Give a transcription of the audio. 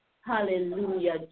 Hallelujah